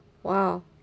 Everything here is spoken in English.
!wow!